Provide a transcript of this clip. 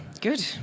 Good